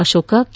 Ashoka K